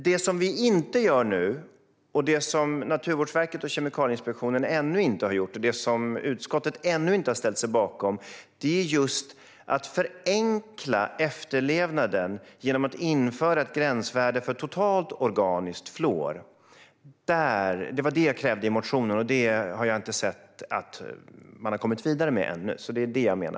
Det som vi inte gör nu, som Naturvårdsverket och Kemikalieinspektionen ännu inte har gjort och som miljö och jordbruksutskottet hittills inte har ställt sig bakom, är att förenkla efterlevnaden genom att införa ett gränsvärde för totalt organiskt fluor. Det var detta jag krävde i motionen, och det har jag inte sett att man har kommit vidare med ännu. Det är detta jag menar.